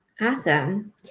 Awesome